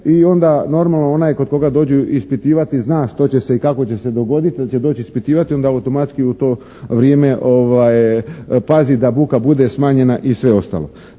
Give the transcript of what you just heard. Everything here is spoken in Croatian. i onda normalno onaj kod koga dođu ispitivati zna što će se i kako će se dogoditi, hoće li doći ispitivati onda automatski u to vrijeme pazi da buka bude smanjena i sve ostalo.